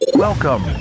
Welcome